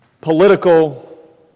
political